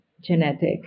genetic